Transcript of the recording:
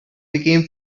became